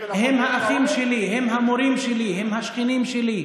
הם האחים שלי, הם המורים שלי, הם השכנים שלי.